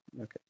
okay